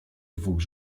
dwóch